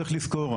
צריך לזכור,